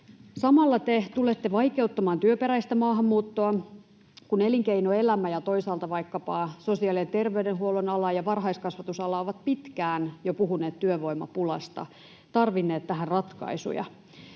Samalla te tulette vaikeuttamaan työperäistä maahanmuuttoa, kun elinkeinoelämä ja toisaalta vaikkapa sosiaali- ja terveydenhuollon ala ja varhaiskasvatusala ovat jo pitkään puhuneet työvoimapulasta, tarvinneet tähän ratkaisuja.